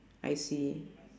I see